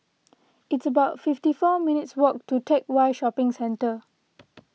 it's about fifty four minutes' walk to Teck Whye Shopping Centre